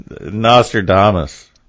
Nostradamus